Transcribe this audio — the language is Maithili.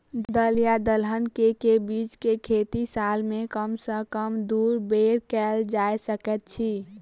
दल या दलहन केँ के बीज केँ खेती साल मे कम सँ कम दु बेर कैल जाय सकैत अछि?